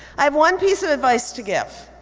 i have one piece of advice to give.